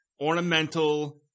ornamental